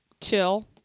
Chill